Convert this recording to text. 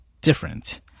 different